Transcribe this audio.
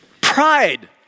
Pride